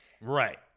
Right